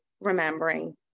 remembering